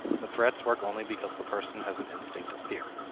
the threats work only because the person has an instinct of fear.